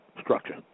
structure